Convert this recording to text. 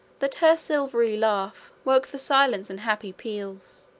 that her silvery laugh woke the silence in happy peals,